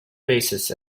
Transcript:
basis